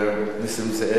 נסים זאב?